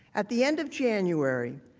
at the end of january,